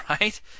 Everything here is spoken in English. right